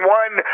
one